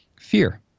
Fear